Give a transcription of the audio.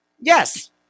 Yes